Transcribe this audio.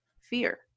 fear